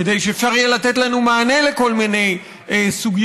כדי שאפשר יהיה לתת לנו מענה לכל מיני סוגיות,